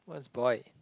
what's boy